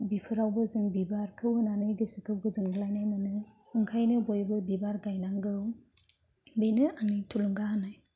बिफोरावबो जों बिबारखौ होनानै गोसोखौ गोजोनग्लायनाय मोनो ओंखायनो बयबो बिबार गाइनांगौ बेनो आंनि थुलुंगा होनाय